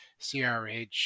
CRH